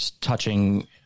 touching